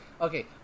Okay